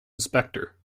inspector